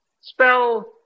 Spell